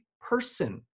person